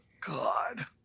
god